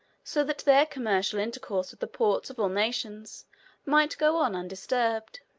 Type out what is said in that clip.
so that their commercial intercourse with the ports of all nations might go on undisturbed.